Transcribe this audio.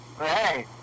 Hey